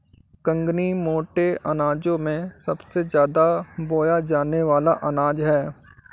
कंगनी मोटे अनाजों में सबसे ज्यादा बोया जाने वाला अनाज है